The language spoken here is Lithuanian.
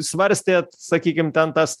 svarstėt sakykim ten tas